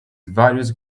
various